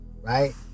Right